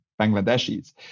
Bangladeshis